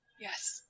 Yes